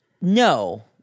No